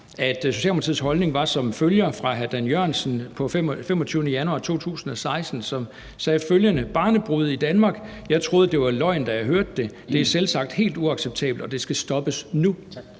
til rigsretssagens indgang, var som følger, hvor hr. Dan Jørgensen den 25. januar 2016 sagde: Barnebrude i Danmark – jeg troede, det var løgn, da jeg hørte det, det er selvsagt helt uacceptabelt, og det skal stoppes nu?